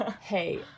hey